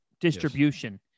distribution